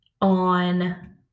on